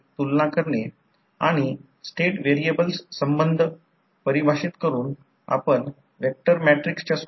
आता मी ते काढून टाकत आहे आता येथून सप्लाय सोर्सकडून येणारा करंट I1 आहे परंतु करंटचा I0 भाग येथे जात आहे I0 Ic j Im